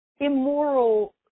immoral